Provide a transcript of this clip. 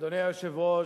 אדוני היושב-ראש,